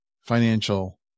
financial